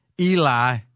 Eli